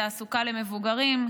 בתעסוקה למבוגרים,